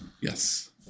Yes